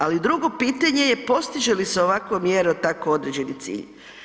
Ali drugo pitanje je, postiže li se ovako mjerom tako određeni cilj?